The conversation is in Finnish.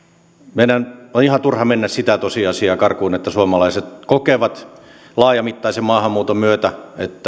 meidän on ihan turha mennä karkuun sitä tosiasiaa että suomalaiset kokevat laajamittaisen maahanmuuton myötä että heidän